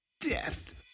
death